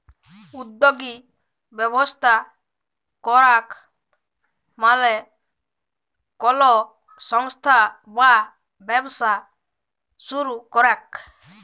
উদ্যগী ব্যবস্থা করাক মালে কলো সংস্থা বা ব্যবসা শুরু করাক